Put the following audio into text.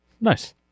Nice